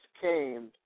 came